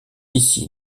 ici